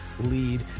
lead